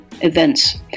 events